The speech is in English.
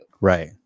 Right